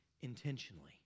intentionally